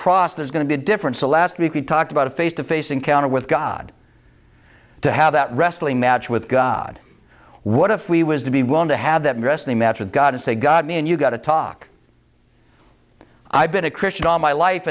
cross there's going to be a different celeste we could talk about a face to face encounter with god to have that wrestling match with god what if we was to be willing to have that wrestling match with god and say god me and you got to talk i've been a christian all my life